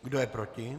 Kdo je proti?